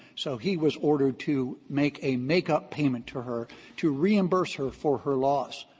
so he was ordered to make a make-up payment to her to reimburse her for her loss.